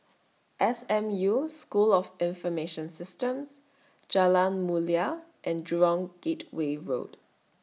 S M U School of Information Systems Jalan Mulia and Jurong Gateway Road